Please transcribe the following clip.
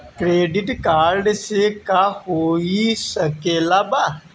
Credit card से का हो सकइत बा?